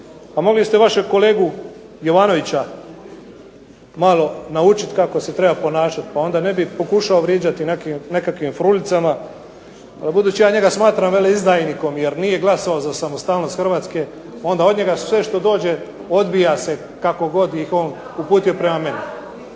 Pa mogli ste vašeg kolegu Jovanovića malo naučiti kako se treba ponašati, pa onda ne bi pokušao vrijeđati nekakvim frulicama. A budući ja njega smatram veleizdajnikom jer nije glasovao za samostalnost Hrvatske, onda od njega sve što dođe odbija se kako god ih on uputio prema meni.